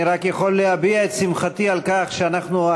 אני רק יכול להביע את שמחתי על כך שהשנה